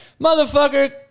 Motherfucker